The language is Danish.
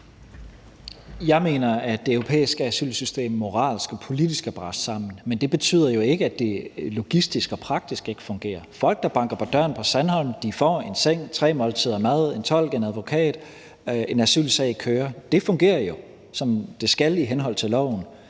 Jeg mener, at det europæiske asylsystem moralsk og politisk er brast sammen, men det betyder jo ikke, at det logistisk og praktisk ikke fungerer. Folk, der banker på døren i Sandholm, får en seng, tre måltider mad, en tolk, en advokat; en asylsag kører. Det fungerer jo, som det skal i henhold til loven.